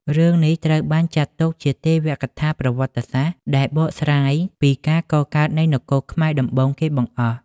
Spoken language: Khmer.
រឿងនេះត្រូវបានចាត់ទុកជាទេវកថាប្រវត្តិសាស្ត្រដែលបកស្រាយពីការកកើតនៃនគរខ្មែរដំបូងគេបង្អស់។